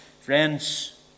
Friends